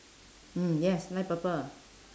mm yes light purple